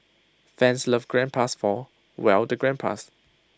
fans love grandpas four well the grandpas